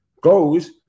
goes